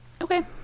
okay